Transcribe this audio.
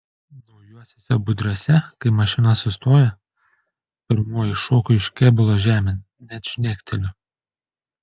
naujuosiuose budriuose kai mašina sustoja pirmoji šoku iš kėbulo žemėn net žnekteliu